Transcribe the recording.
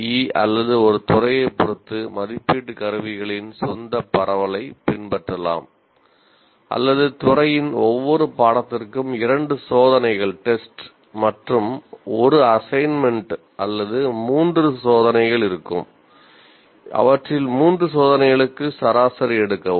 இ அல்லது ஒரு துறையைப் பொறுத்து மதிப்பீட்டுக் கருவிகளின் சொந்த பரவலைப் பின்பற்றலாம் அல்லது துறையின் ஒவ்வொரு பாடத்திற்கும் இரண்டு சோதனைகள் அல்லது மூன்று சோதனைகள் இருக்கும் அவற்றில் மூன்று சோதனைகளுக்கு சராசரி எடுக்கவும்